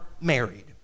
married